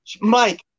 Mike